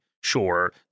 sure